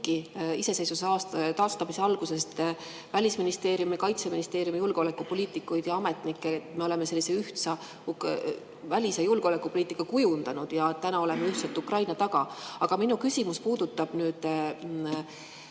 iseseisvuse taastamise algusest Välisministeeriumis ja Kaitseministeeriumis töötanud julgeolekupoliitikuid ja ametnikke, et me oleme sellise ühtse välis- ja julgeolekupoliitika kujundanud ja täna oleme ühiselt Ukraina taga. Aga minu küsimus puudutab meie